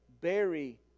bury